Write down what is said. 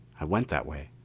i went that way,